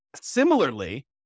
Similarly